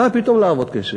מה פתאום לעבוד קשה?